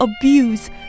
abuse